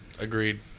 Agreed